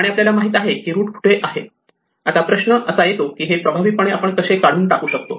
आणि आपल्याला माहित आहे की रूट कुठे आहे आता प्रश्न असा येतो की हे प्रभावीपणे आपण कसे काढून टाकू शकतो